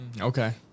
Okay